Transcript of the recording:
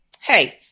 hey